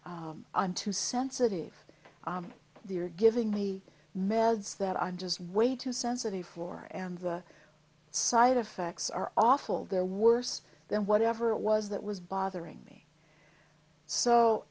too sensitive they're giving me meds that i'm just way too sensitive for and the side effects are awful they're worse than whatever it was that was bothering me so